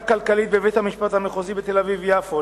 כלכלית בבית-המשפט המחוזי בתל-אביב יפו,